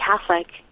Catholic